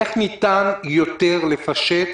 איך ניתן יותר לפשט